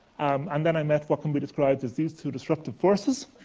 and then i met what can be described as these two destructive forces,